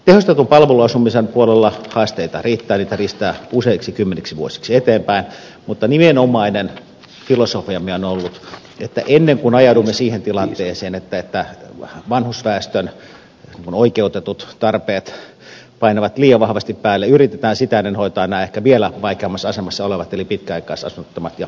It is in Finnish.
tehostetun palveluasumisen puolella haasteita riittää niitä riittää useiksi kymmeniksi vuosiksi eteenpäin mutta nimenomainen filosofiamme on ollut että ennen kuin ajaudumme siihen tilanteeseen että vanhusväestön oikeutetut tarpeet painavat liian vahvasti päälle yritetään hoitaa nämä ehkä vielä vaikeammassa asemassa olevat eli pitkäaikaisasunnottomat ja kehitysvammaiset